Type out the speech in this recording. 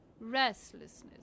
restlessness